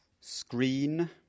screen